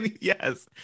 yes